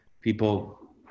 people